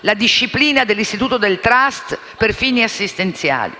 la disciplina dell'istituto del *trust* per fini assistenziali.